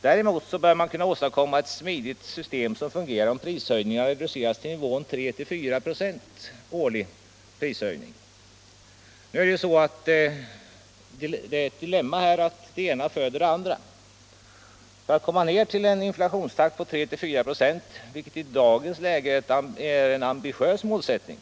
Däremot bör man kunna åstadkomma ett smidigt system som fungerar om prishöjningarna reduceras till nivån 3—4 96 årligen. Nu är ju dilemmat att det ena föder det andra. För att vi skall komma ner till en inflationstakt på 34 96, vilket i dagens läge är en ambitiös målsättning,